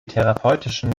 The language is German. therapeutischen